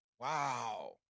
Wow